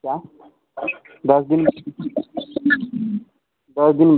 क्या दस दिन दस दिन